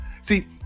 See